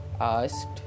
asked